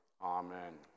Amen